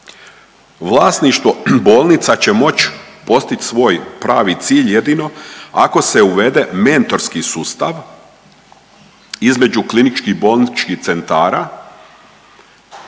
vlasništvo bolnica će moći postić svoj pravi cilj jedino ako se uvede mentorski sustav između kliničkih bolničkih centara